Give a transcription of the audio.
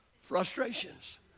frustrations